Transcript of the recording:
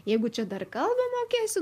jeigu čia dar kalbą mokėsiu